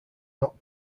not